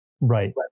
right